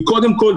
היא קודם כל,